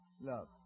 Love